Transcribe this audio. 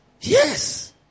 Yes